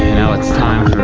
now it's time